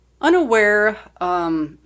Unaware